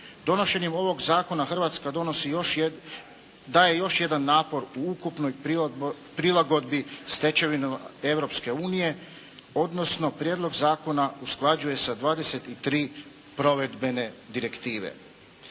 Donošenjem ovog zakona Hrvatska daje još jedan napor u ukupnoj prilagodbi stečevinama Europske unije odnosno prijedlog zakona usklađuje sa dvadeset i tri provedbene direktive.